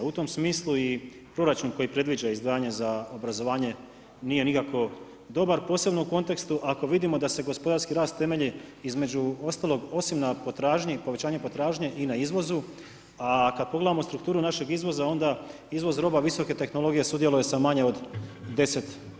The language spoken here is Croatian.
U tom smislu i proračun koji predviđa izdvajanja za obrazovanje nije nikako dobar, posebno u kontekstu ako vidimo da se gospodarski rast temelji između ostalog osim na potražnji i na povećanju potražnje i na izvozu, a kad pogledamo strukturu našeg izvoza, onda izvoz roba visoke tehnologije, sudjeluje sa manje od 10%